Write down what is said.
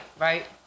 right